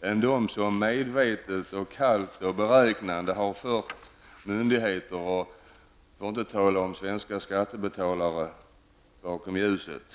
än den som medvetet och kallt och beräknande har fört myndigheter och svenska skattebetalare bakom ljuset.